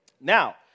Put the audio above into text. Now